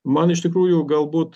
man iš tikrųjų galbūt